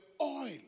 oil